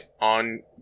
on